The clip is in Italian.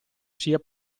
sia